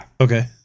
Okay